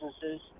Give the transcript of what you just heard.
businesses